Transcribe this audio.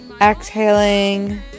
exhaling